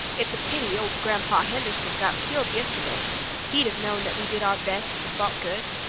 it's a pity old grandpa henderson got killed yestirday he'd have known that we did our best and fought good.